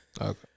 Okay